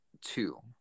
two